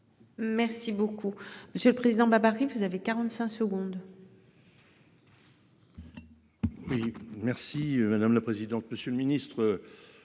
Merci beaucoup monsieur le président, ma Paris vous avez 45 secondes. Oui merci madame la présidente, monsieur le ministre.